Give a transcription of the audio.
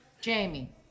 Jamie